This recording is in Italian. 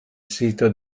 sito